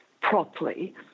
properly